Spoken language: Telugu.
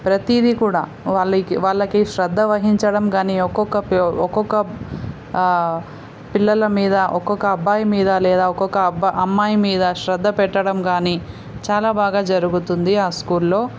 ప్రతిదీ కూడా వాళ్ళకి వాళ్ళకి శ్రద్ధ వహించడం కానీ ఒక్కొక్క పీ ఒక్కొక్క పిల్లల మీద ఒక్కొక్క అబ్బాయి మీద లేదా ఒక్కొక్క అబ్ అమ్మాయి మీద శ్రద్ధ పెట్టడం కానీ చాలా బాగా జరుగుతుంది ఆ స్కూల్లో